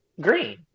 Green